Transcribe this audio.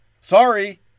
Sorry